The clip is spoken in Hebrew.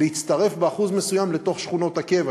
להצטרף באחוז מסוים לתוך שכונות הקבע.